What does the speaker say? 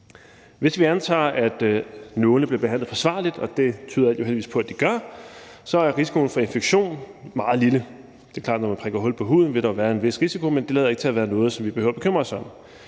Hvis vi antager, at nålene bliver behandlet forsvarligt, og det tyder alt jo heldigvis på at de gør, så er risikoen for infektion meget lille. Det er klart, at når man prikker hul på huden, vil der være en vis risiko, men det lader ikke til at være noget, som vi behøver at bekymre os om.